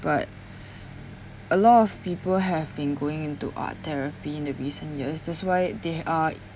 but a lot of people have been going into art therapy in the recent years that's why they uh